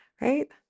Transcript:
right